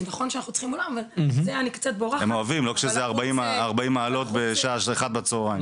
הם אוהבים, לא כשזה ארבעים מעלות באחת בצהריים.